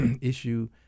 issue